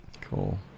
cool